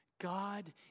God